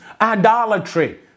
idolatry